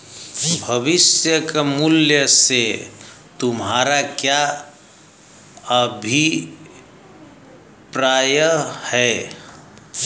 भविष्य के मूल्य से तुम्हारा क्या अभिप्राय है?